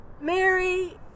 Mary